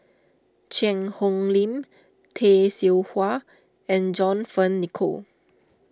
Cheang Hong Lim Tay Seow Huah and John Fearns Nicoll